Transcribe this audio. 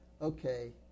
okay